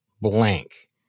blank